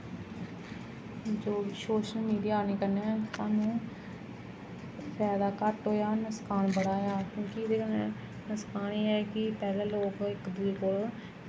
social media आने कन्नै सानूं फैदा घट्ट होएआ नुसकान बड़ा होएआ क्योंकि एह्दे कन्नै नुकसान एह् ऐ कि पैह्ले इक दूए कन्नै लोग